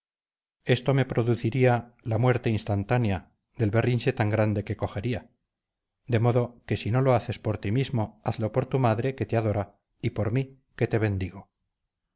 esto me produciría la muerte instantánea del berrinche tan grande que cogería de modo que si no lo haces por ti mismo hazlo por tu madre que te adora y por mí que te bendigo